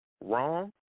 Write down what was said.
wrong